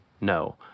No